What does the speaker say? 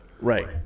Right